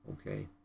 okay